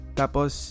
tapos